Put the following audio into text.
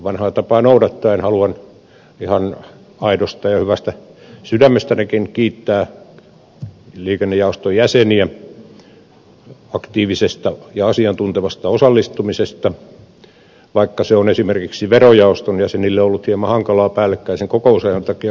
vanhaa tapaa noudattaen haluan ihan aidosti ja hyvästä sydämestänikin kiittää liikennejaoston jäseniä aktiivisesta ja asiantuntevasta osallistumisesta vaikka se on esimerkiksi verojaoston jäsenille ollut hieman hankalaa päällekkäisen kokousajan takia kuten ed